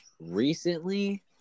recently